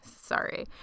Sorry